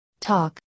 Talk